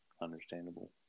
Understandable